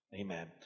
Amen